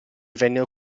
vennero